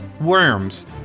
worms